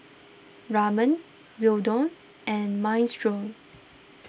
Ramen Gyudon and Minestrone